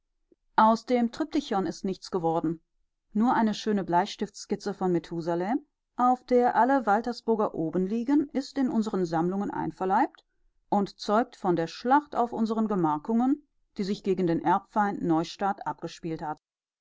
aus dem triptychon ist nichts geworden nur eine schöne bleistiftskizze von methusalem auf der alle waltersburger oben liegen ist unseren sammlungen einverleibt und zeugt von der schlacht auf unseren gemarkungen die sich gegen den erbfeind neustadt abgespielt hat